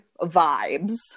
vibes